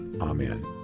Amen